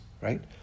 right